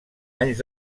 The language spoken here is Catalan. anys